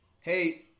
Hey